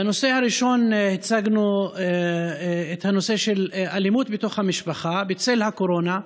בנושא הראשון הצגנו את הנושא של אלימות בתוך המשפחה בצל הקורונה.